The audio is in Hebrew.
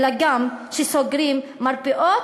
אלא גם סוגרים מרפאות,